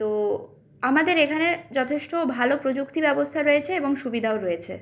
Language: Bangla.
তো আমাদের এখানের যথেষ্ট ভালো প্রযুক্তি ব্যবস্থা রয়েছে এবং সুবিধাও রয়েছে